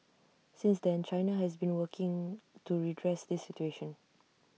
since then China has been working to redress this situation